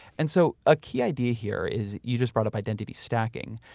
and so a key idea here is, you just brought up identity stacking.